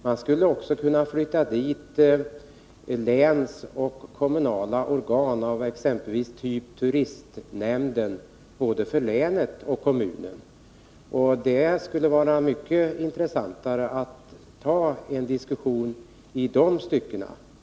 Man skulle också kunna flytta dit länsorgan och kommunala organ av typ Örebro läns turistnämnd, och det skulle vara mycket intressantare att föra en diskussion i dessa avseenden.